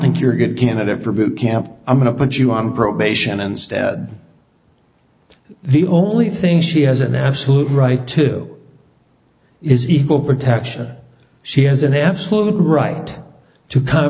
think you're good candidate for boot camp i'm going to put you on probation instead the only thing she has an absolute right too is equal protection she has an absolute right to kind of